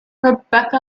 rebecca